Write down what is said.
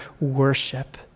worship